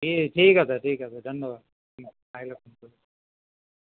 ঠিক আছে ঠিক আছে ধন্যবাদ